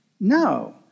No